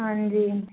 ਹਾਂਜੀ